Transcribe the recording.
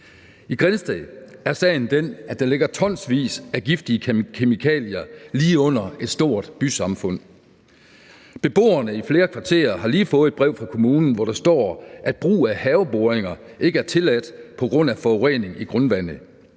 I Grindsted er sagen den, at der ligger tonsvis af giftige kemikalier lige under et stort bysamfund. Beboerne i flere kvarterer har lige fået et brev fra kommunen, hvor der står, at brug af haveboringer ikke er tilladt på grund af forurening af grundvandet.